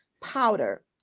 powder